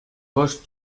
cos